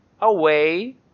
Away